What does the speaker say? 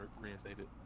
reinstated